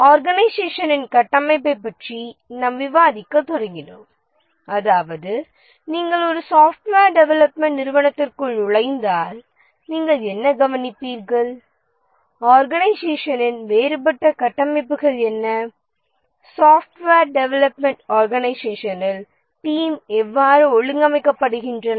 ஆர்கனைசேஷனின் கட்டமைப்பைப் பற்றி நாம் விவாதிக்கத் தொடங்கினோம் அதாவது நீங்கள் ஒரு சாப்ட்வேர் டெவெலப்மென்ட் நிறுவனத்திற்குள் நுழைந்தால் நீங்கள் என்ன கவனிப்பீர்கள் ஆர்கனைசேஷனின் வேறுபட்ட கட்டமைப்புகள் என்ன சாப்ட்வேர் டெவெலப்மென்ட் ஆர்கனைசேஷனில் டீம் எவ்வாறு ஒழுங்கமைக்கப்படுகின்றன